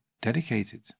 dedicated